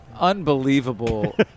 Unbelievable